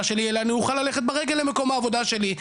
שלי אלא אני אוכל ללכת ברגל למקום העבודה שלי.